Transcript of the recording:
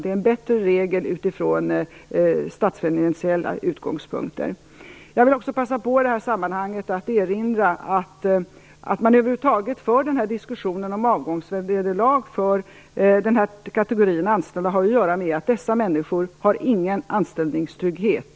Det är en bättre regel från statsfinansiella utgångspunkter. Jag vill i detta sammanhang passa på att erinra om följande. Att man över huvud taget för denna diskussion om avgångsvederlag för nämnda kategori anställda har att göra med att dessa människor inte har någon anställningstrygghet.